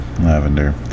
lavender